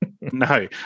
no